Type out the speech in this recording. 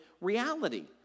reality